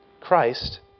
Christ